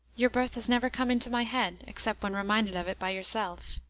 your birth has never come into my head, except when reminded of it by yourself.